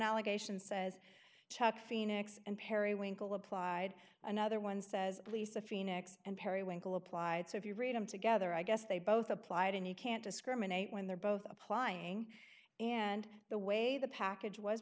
allegation says chuck phoenix and perry winkle applied another one says lisa phoenix and perry winkle applied so if you read them together i guess they both applied and you can't discriminate when they're both applying and the way the package was